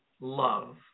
love